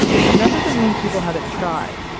and that doesn't mean people haven't tried.